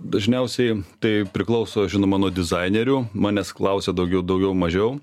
dažniausiai tai priklauso žinoma nuo dizainerių manęs klausia daugiau daugiau mažiau